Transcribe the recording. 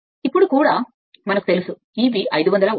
ఇప్పుడు కూడా మనకు తెలుసు Eb 1 500 వోల్ట్